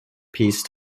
peace